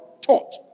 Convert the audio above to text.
taught